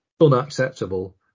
unacceptable